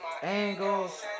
Angles